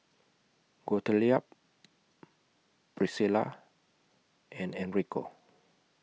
Gottlieb Priscilla and Enrico